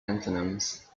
antonyms